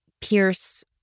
Pierce